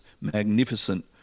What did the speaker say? magnificent